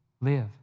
live